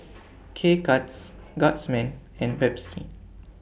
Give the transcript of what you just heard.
K Cuts Guardsman and Pepsi